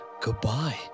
Goodbye